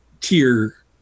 tier